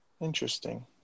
Interesting